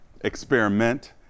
Experiment